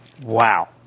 Wow